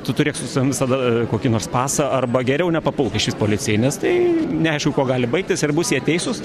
tu turėk su savim visada kokį nors pasą arba geriau nepapulk išvis policijai nes tai neaišku kuo gali baigtis ir bus jie teisūs